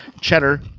cheddar